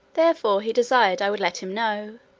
therefore he desired i would let him know,